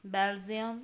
Belgium